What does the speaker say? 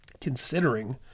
considering